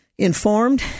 Informed